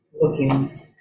looking